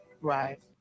Right